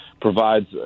provides